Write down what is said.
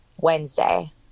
wednesday